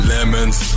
Lemons